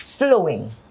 flowing